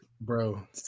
Bro